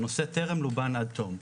הנושא טרם לובן עד תום.